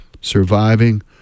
surviving